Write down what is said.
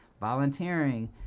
volunteering